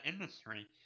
industry